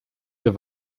wir